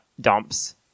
dumps